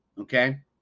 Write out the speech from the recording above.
Okay